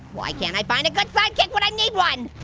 why can't i find a good sidekick when i need one?